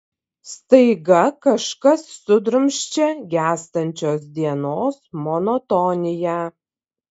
staiga kažkas sudrumsčia gęstančios dienos monotoniją